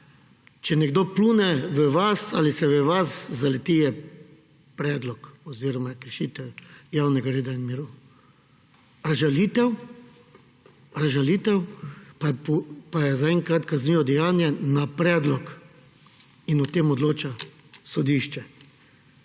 Če nekdo pljune v vas ali se v vas zaleti, je kršitev javnega reda in miru. Razžalitev pa je zaenkrat kaznivo dejanje na predlog in o tem odloča sodišče.